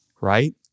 right